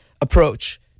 approach